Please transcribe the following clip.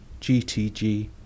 GTG